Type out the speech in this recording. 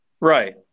Right